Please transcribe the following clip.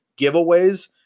giveaways